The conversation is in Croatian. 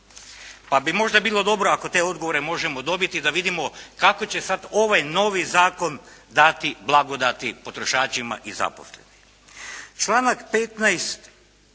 Pa bi možda bilo dobro ako te odgovore možemo dobiti da vidimo kakve će sada ovaj novi Zakon dati blagodati potrošačima i zaposlenim? Članak 15.